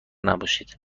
نباشید